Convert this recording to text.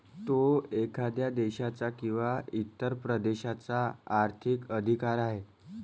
तो एखाद्या देशाचा किंवा इतर प्रदेशाचा आर्थिक अधिकार आहे